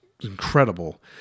incredible